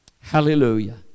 Hallelujah